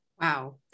Wow